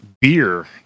beer